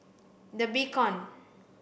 the Beacon